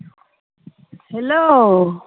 hello